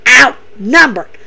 outnumbered